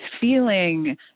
feeling